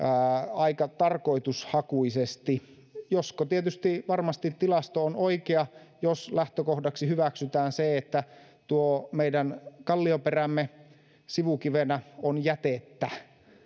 aika tarkoitushakuisesti josko tietysti varmasti tilasto on oikea jos lähtökohdaksi hyväksytään se että tuo meidän kallioperämme sivukivenä on jätettä